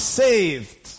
saved